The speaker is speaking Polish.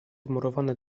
wmurowane